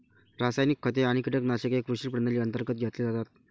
रासायनिक खते आणि कीटकनाशके कृषी प्रणाली अंतर्गत घेतले जातात